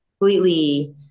completely